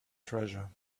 treasure